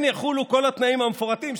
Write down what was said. כן יחולו כל התנאים המפורטים,